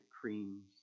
creams